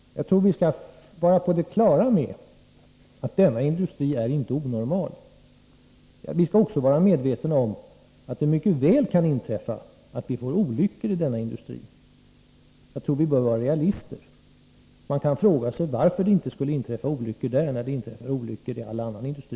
Vi skall vara på det klara med att denna industri inte är onormal. Vi skall också vara medvetna om att det mycket väl kan inträffa olyckor i den industrin. Vi bör alltså vara realister. Man kan fråga sig varför det inte skulle inträffa olyckor där när sådana inträffar i all annan industri.